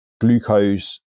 glucose